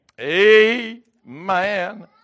Amen